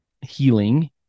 healing